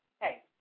hey